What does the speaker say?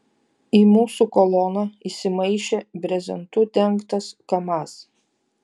į mūsų koloną įsimaišė brezentu dengtas kamaz